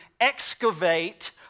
excavate